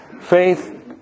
Faith